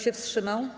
się wstrzymał.